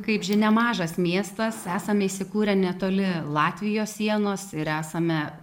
kaip žinia mažas miestas esam įsikūrę netoli latvijos sienos ir esame